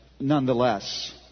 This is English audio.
nonetheless